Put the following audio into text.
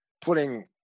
putting –